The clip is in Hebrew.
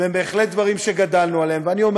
והן בהחלט דברים שגדלנו עליהן אני אומר